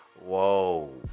whoa